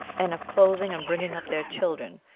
and of clothing and bringing up their children,